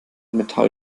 metall